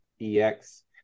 EX